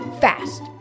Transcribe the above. fast